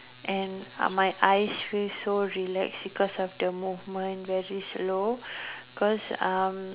and uh my eyes feel so relaxed because of the movement very slow cause uh